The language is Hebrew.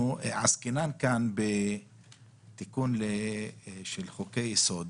עסקינן כאן בתיקון של חוקי-יסוד.